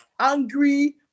angry